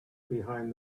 behind